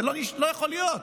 זה לא יכול להיות.